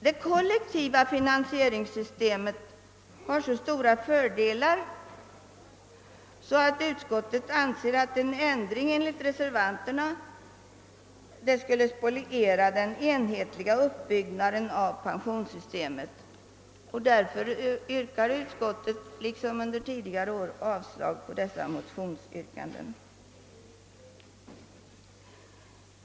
Det kollektiva finansieringssystemet har stora fördelar, och utskottet anser att en ändring enligt reservanternas förslag skulle spoliera den enhetliga uppbyggnaden av pensionssystemet. Liksom under tidigare år avstyrker därför utskottsmajoriteten motionsyrkandena.